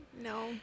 No